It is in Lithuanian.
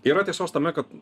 yra tiesos tame kad